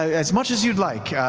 as much as you'd like.